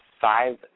five